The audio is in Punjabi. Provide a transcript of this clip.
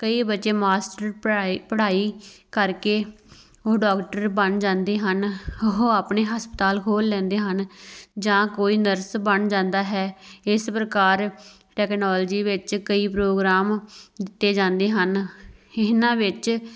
ਕਈ ਬੱਚੇ ਮਾਸਟਰ ਪੜ੍ਹਾਈ ਪੜ੍ਹਾਈ ਕਰਕੇ ਉਹ ਡਾਕਟਰ ਬਣ ਜਾਂਦੇ ਹਨ ਉਹ ਆਪਣੇ ਹਸਪਤਾਲ ਖੋਲ੍ਹ ਲੈਂਦੇ ਹਨ ਜਾਂ ਕੋਈ ਨਰਸ ਬਣ ਜਾਂਦਾ ਹੈ ਇਸ ਪ੍ਰਕਾਰ ਟੈਕਨੋਲਜੀ ਵਿੱਚ ਕਈ ਪ੍ਰੋਗਰਾਮ ਦਿੱਤੇ ਜਾਂਦੇ ਹਨ ਇਹਨਾਂ ਵਿੱਚ